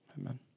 amen